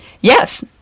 Yes